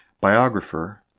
biographer